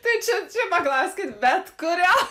tai čia čia paklauskit bet kurio